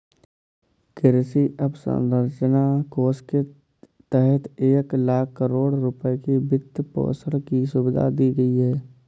कृषि अवसंरचना कोष के तहत एक लाख करोड़ रुपए की वित्तपोषण की सुविधा दी गई है